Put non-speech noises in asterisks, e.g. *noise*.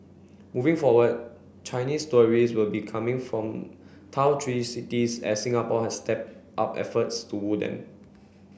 moving forward Chinese tourist will be coming from *unintelligible* three cities as Singapore has stepped up efforts to woo them